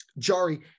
Jari